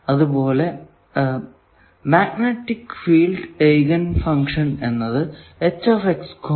അതുപോലെ magnetic field eigen function എന്നതാണ്